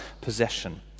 possession